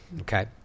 Okay